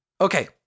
Okay